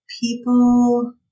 people